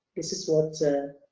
this is what